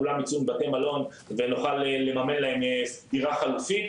כולם ייצאו מבתי מלון ונוכל לממן להם דירה חלופית,